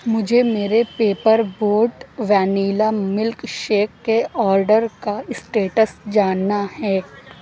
مجھے میرے paper boat vanilla milk shake کے آرڈر کا اسٹیٹس جاننا ہے